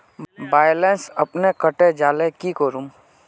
Balance अपने कते जाले की करूम?